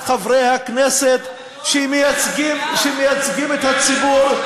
על חברי הכנסת שהם במיעוט ובאופוזיציה,